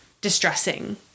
distressing